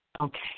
Okay